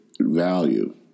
value